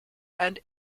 and